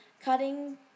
cutting